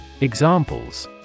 Examples